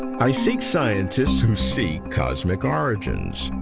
i seek scientists who seek cosmic origins.